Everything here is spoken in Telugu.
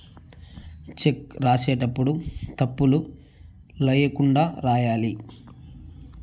చెక్ రాసేటప్పుడు తప్పులు ల్యాకుండా రాయాలి